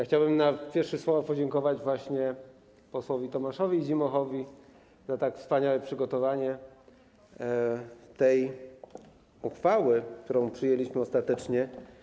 Chciałem w pierwszych słowach podziękować posłowi Tomaszowi Zimochowi za tak wspaniałe przygotowanie tej uchwały, którą przyjęliśmy ostatecznie.